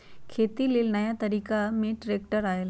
खेती लेल नया तरिका में ट्रैक्टर आयल